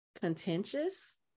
contentious